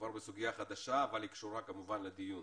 מדובר בסוגיה חדשה אבל היא קשורה כמובן לדיון.